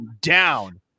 down